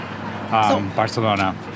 Barcelona